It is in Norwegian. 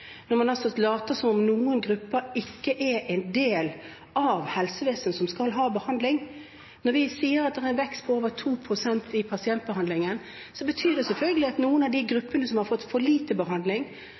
når man later som om noen grupper ikke er en del av helsevesenet og skal ha behandling. Når vi sier at det er en vekst på over 2 pst. i pasientbehandlingen, betyr det selvfølgelig at noen av de